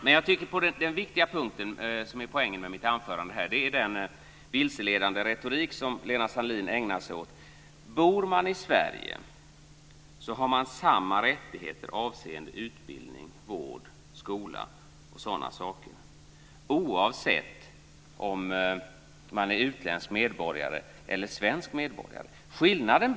Den viktiga punkten, som är poängen med mitt anförande, är den vilseledande retorik som Lena Sandlin-Hedman ägnar sig åt. Bor man i Sverige har man samma rättigheter avseende utbildning, vård, skola och sådana saker, oavsett om man är utländsk medborgare eller svensk medborgare.